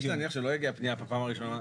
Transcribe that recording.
יש להניח שלא תגיע פנייה בפעם הראשונה.